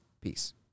Peace